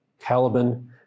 Caliban